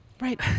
Right